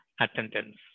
attendance